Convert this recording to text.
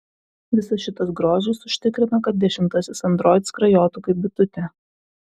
visas šitas grožis užtikrina kad dešimtasis android skrajotų kaip bitutė